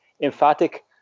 emphatic